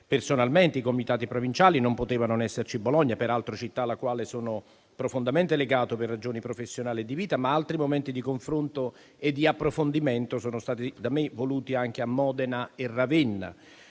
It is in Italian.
personalmente i comitati provinciali non poteva non esserci Bologna, peraltro città alla quale sono profondamente legato per ragioni professionali e di vita. Altri momenti di confronto e di approfondimento sono stati da me voluti anche a Modena e Ravenna.